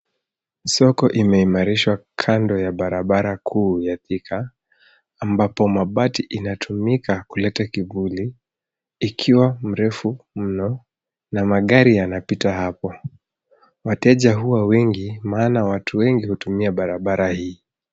Soko imeimalizwa kando ya barabara kuu ya Thika, ambapo mabati inatumika kuleta kivuli ikiwa mrefu mno na magari yanapita hapo. Wateja huwa wengi maana watu wengi hutumia barabara hii.